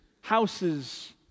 houses